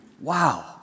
Wow